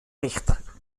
richter